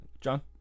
John